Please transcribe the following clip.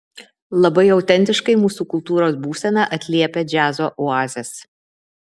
labai autentiškai mūsų kultūros būseną atliepia džiazo oazės